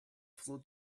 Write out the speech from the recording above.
flew